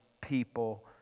people